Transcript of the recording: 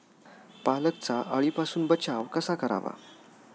पालकचा अळीपासून बचाव कसा करावा?